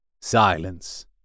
silence